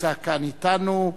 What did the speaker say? משה מטלון,